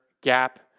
gap